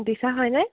দিছা হয়নে